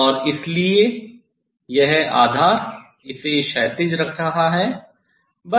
और इसलिए यह आधार इसे क्षैतिज रख रहा है